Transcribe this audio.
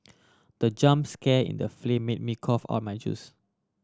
the jump scare in the film made me cough out my juice